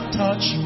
touch